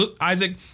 Isaac